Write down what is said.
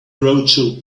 rothschild